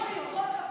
הוא ניסה להרוג אותו.